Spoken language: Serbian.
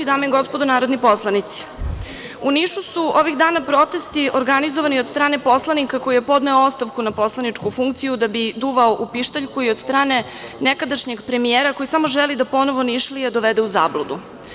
Dame i gospodo narodni poslanici, u Nišu su ovih dana protesti organizovani od strane poslanika koji je podneo ostavku na poslaničku funkciju da bi duvao o pištaljku i od strane nekadašnjeg premijera koji samo želi da ponovo Nišlije dovede u zabludu.